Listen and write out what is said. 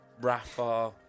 Rafa